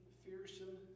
fearsome